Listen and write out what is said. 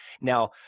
Now